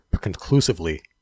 conclusively